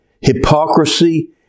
hypocrisy